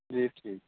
جی ٹھیک